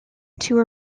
tour